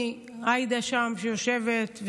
מעאידה שיושבת שם,